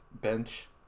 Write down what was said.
bench